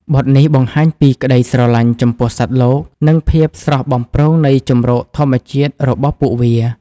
បទនេះបង្ហាញពីក្ដីស្រឡាញ់ចំពោះសត្វលោក និងភាពស្រស់បំព្រងនៃជម្រកធម្មជាតិរបស់ពួកវា។